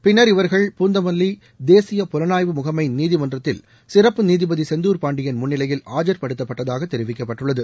பின்னர் இவர்கள் பூந்தமல்லி தேசிய புலனாய்வு முகமை நீதிமன்றத்தில் சிறப்பு நீதிபதி செந்தூர் பாண்டியன் முன்னிலையில் ஆஜர்படுத்தப்பட்டதாக தெரிவிக்கப்பட்டுள்ளது